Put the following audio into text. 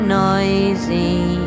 noisy